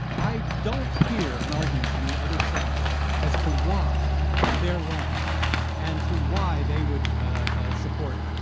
i don't hear an argument from the other side as to why they're wrong and to why they would ah support,